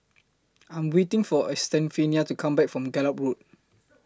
I Am waiting For Estefania to Come Back from Gallop Road